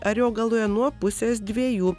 ariogaloje nuo pusės dviejų